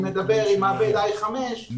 עם מעבד 5I,